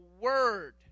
word